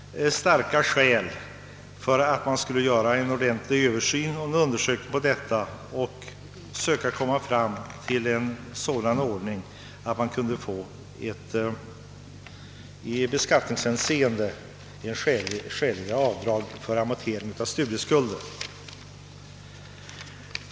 Starka skäl talar dock för att en översyn härav bör göras så att man får göra skäliga beskattningsavdrag för amortering av studieskulder.